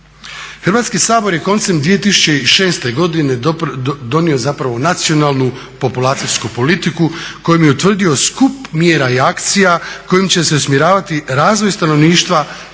Hrvatski sabor je koncem 2006. godine donio zapravo nacionalnu populacijsku politiku kojom je utvrdio skup mjera i akcija kojim će se usmjeravati razvoj stanovništva,